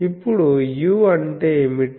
ఇప్పుడు u అంటే ఏమిటి